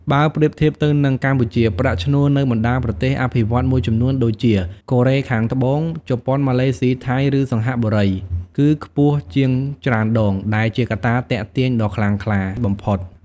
បើប្រៀបធៀបទៅនឹងកម្ពុជា ប្រាក់ឈ្នួលនៅបណ្ដាប្រទេសអភិវឌ្ឍន៍មួយចំនួនដូចជា កូរ៉េខាងត្បូង ជប៉ុន ម៉ាឡេស៊ី ថៃ ឬសិង្ហបុរី គឺខ្ពស់ជាងច្រើនដង ដែលជាកត្តាទាក់ទាញដ៏ខ្លាំងក្លាបំផុត។